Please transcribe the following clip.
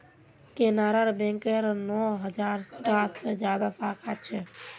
केनरा बैकेर नौ हज़ार टा से ज्यादा साखा छे